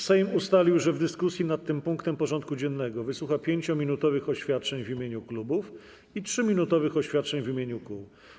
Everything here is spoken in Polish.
Sejm ustalił, że w dyskusji nad tym punktem porządku dziennego wysłucha 5-minutowych oświadczeń w imieniu klubów i 3-minutowych oświadczeń w imieniu kół.